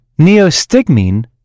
neostigmine